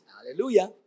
Hallelujah